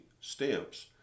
stamps